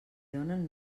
donen